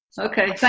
Okay